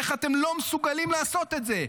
איך אתם לא מסוגלים לעשות את זה.